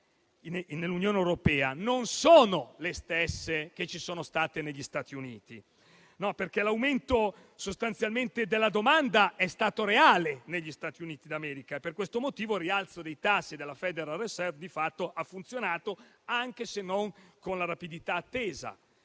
nell'Unione europea non sono le stesse che ci sono state negli Stati Uniti. Infatti, l'aumento della domanda è stato reale negli Stati Uniti d'America e per questo motivo il rialzo dei tassi della Federal Reserve di fatto ha funzionato, anche se non con la rapidità attesa.